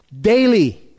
Daily